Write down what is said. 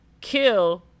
kill